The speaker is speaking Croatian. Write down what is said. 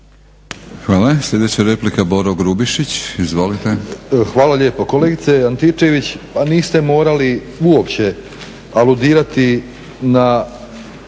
Hvala. Sljedeća replika Boro Grubišić. Izvolite. **Grubišić, Boro (HDSSB)** Hvala lijepo. Kolegice Antičević pa niste morali uopće aludirati na